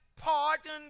Pardon